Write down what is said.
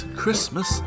christmas